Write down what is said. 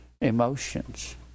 emotions